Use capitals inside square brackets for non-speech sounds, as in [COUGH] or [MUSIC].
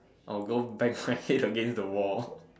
I'll go bang my head against the wall [LAUGHS]